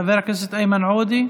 חבר הכנסת איימן עודה,